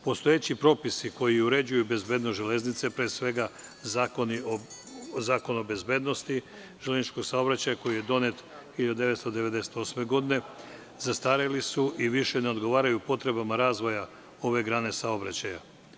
Postojeći propisi koji uređuju bezbednost železnice, pre svega Zakon o bezbednosti železničkog saobraćaja koji je donet 1998. godine, zastareli su i više ne odgovaraju potrebama razvoja ove grane saobraćaja.